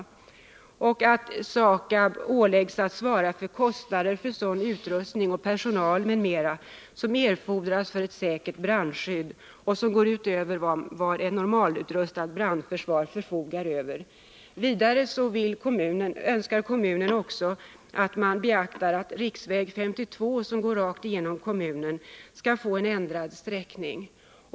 Vidare kräver man att SAKAB åläggs att svara för kostnader för sådan utrustning, personal, m.m., som erfordras för ett säkert brandskydd och som går utöver vad ett normalutrustat brandförsvar förfogar över. Kommunen önskar också att man beaktar att riksväg 52 som går rakt igenom Kumla centralort skall få en ändrad sträckning.